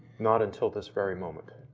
not until this very moment.